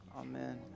Amen